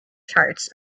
charts